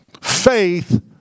Faith